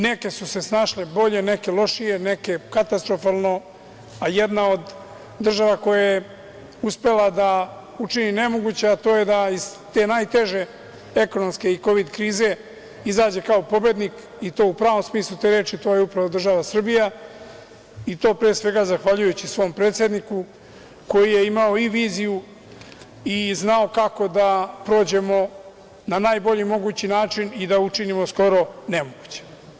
Neke su se snašle bolje, neke lošije, neke katastrofalno, a jedna od država koja je uspela da učini nemoguće to je da iz te najteže ekonomske i kovid krize izađe kao pobednik i to u pravom smislu te reči, to je upravo država Srbija i to, pre svega, zahvaljujući svom predsedniku koji je imao i viziju i znao kako da prođemo na najbolji mogući način i da učinimo skoro nemoguće.